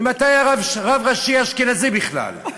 ממתי היה רב ראשי אשכנזי בכלל?